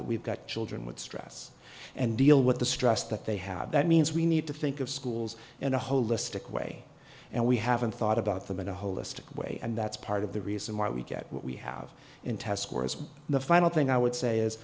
that we've got children with stress and deal with the stress that they have that means we need to think of schools in a holistic way and we haven't thought about them in a holistic way and that's part of the reason why we get what we have in test scores the final thing i would say is